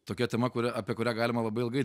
tokia tema kurią apie kurią galima labai ilgai